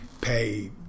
pay